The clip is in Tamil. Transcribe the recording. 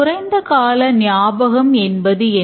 குறைந்த கால ஞாபகம் என்பது என்ன